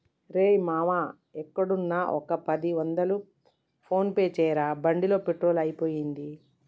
రేయ్ మామా ఎక్కడున్నా ఒక పది వందలు ఫోన్ పే చేయరా బండిలో పెట్రోల్ అయిపోయింది